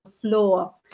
floor